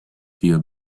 via